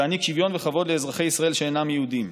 שתעניק שוויון וכבוד לאזרחי ישראל שאינם יהודים.